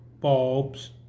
bulbs